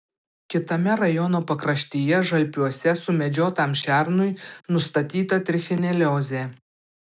kitame rajono pakraštyje žalpiuose sumedžiotam šernui nustatyta trichineliozė